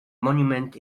monument